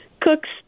cooks